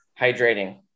Hydrating